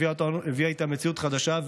הביאה איתה מציאות חדשה,